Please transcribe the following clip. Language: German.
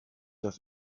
das